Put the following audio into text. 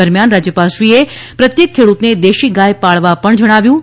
દરમિયાન રાજ્યપાલશ્રીએ પ્રત્યેક ખેડૂતને દેશી ગાય પાળવા પણ જણાવ્યુ હતું